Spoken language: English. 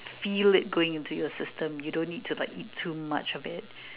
feel it going into your system you don't need to eat too much of it